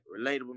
relatable